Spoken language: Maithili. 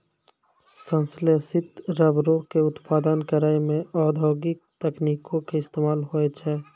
संश्लेषित रबरो के उत्पादन करै मे औद्योगिक तकनीको के इस्तेमाल होय छै